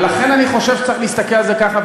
ולכן אני חושב שצריך להסתכל על זה ככה,